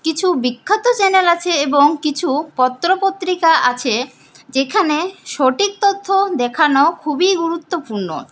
কিছু বিখ্যাত চ্যানেল আছে এবং কিছু পত্রপত্রিকা আছে যেখানে সঠিক তথ্য দেখানো খুবই গুরুত্বপূর্ণ